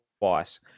twice